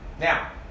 now